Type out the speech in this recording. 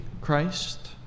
Christ